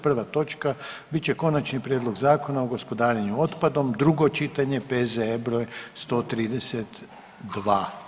Prva točka bit će Konačni prijedlog zakona o gospodarenju otpadom, drugo čitanje, P.Z.E. br. 132.